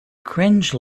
cringe